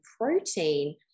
protein